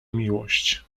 miłość